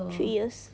three years